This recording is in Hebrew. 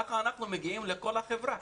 ככה אנחנו מגיעים לכל החברה.